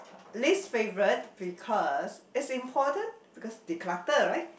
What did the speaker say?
least favourite because it's important because they clutter right